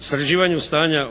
sređivanju stanja